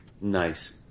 Nice